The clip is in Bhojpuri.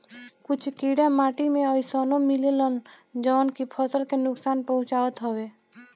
कुछ कीड़ा माटी में अइसनो मिलेलन जवन की फसल के नुकसान पहुँचावत हवे